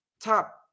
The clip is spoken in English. top